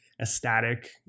ecstatic